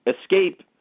escape